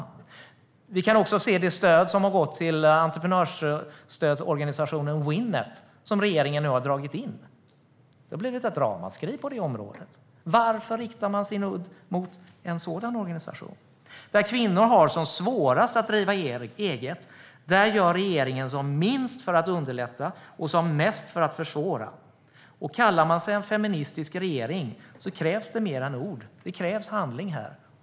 Regeringen har också dragit in det stöd som gått till entreprenörsstödsorganisationen Winnet. Det har blivit ett ramaskri. Varför riktar man sin udd mot en sådan organisation? Där kvinnor har som svårast att driva eget, där gör regeringen som minst för att underlätta och som mest för att försvåra. Kallar man sig för en feministisk regering krävs det mer än ord. Det krävs handling här.